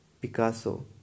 Picasso